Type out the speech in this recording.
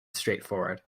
straightforward